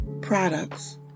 products